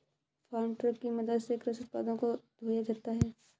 farm truck की मदद से कृषि उत्पादों को ढोया जाता है